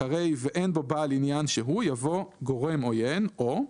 אחרי "ואין בו בעל ענין שהוא" יבוא "גורם עוין או".